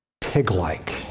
pig-like